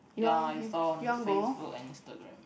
ya I saw on Facebook and Instagram